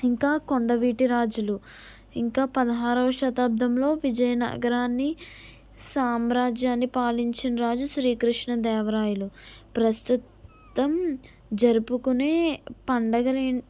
ఇంకా కొండవీటి రాజులు ఇంకా పదహారవ శతాబ్దంలో విజయనగరాన్ని సామ్రాజ్యాన్ని పాలించిన రాజు శ్రీకృష్ణదేవరాయలు ప్రస్తుతం జరుపుకునే పండగను